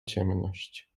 ciemność